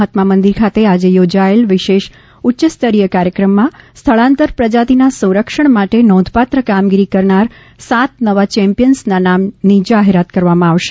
મહાત્મા મંદિર ખાતે આજે યોજાયેલા વિશેષ ઉચ્યસ્તરીય કાર્યક્રમમાં સ્થળાંતર પ્રજાતિના સંરક્ષણ માટે નોંધપાત્ર કામગીરી કરનાર સાત નવા ચેમ્પિયન્સના નામની જાહેરાત કરવામાં આવશે